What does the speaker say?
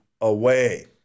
away